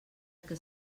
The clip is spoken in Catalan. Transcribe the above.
que